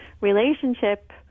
relationship